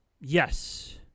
Yes